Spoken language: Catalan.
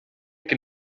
que